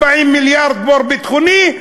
40 מיליארד בור ביטחוני,